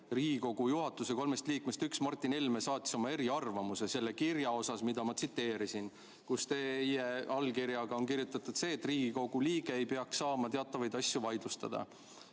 Riigikogu juhatuse kolmest liikmest üks, Martin Helme, saatis oma eriarvamuse selle kirja osas, mida ma tsiteerisin, kus teie allkirjaga on kirjutatud, et Riigikogu liige ei peaks saama teatavaid asju vaidlustada.